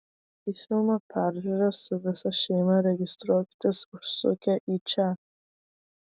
į filmo peržiūrą su visa šeima registruokitės užsukę į čia